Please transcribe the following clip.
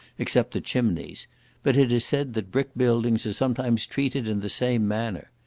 except the chimneys but it is said that brick buildings are sometimes treated in the same manner.